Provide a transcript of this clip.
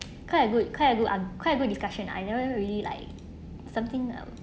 quite a good quite good ar~ quite a good discussion I never really like something uh